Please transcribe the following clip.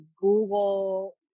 Google